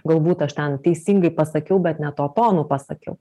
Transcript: galbūt aš ten teisingai pasakiau bet ne tuo tonu pasakiau